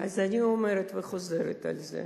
אז אני אומרת וחוזרת על זה,